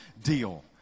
deal